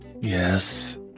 Yes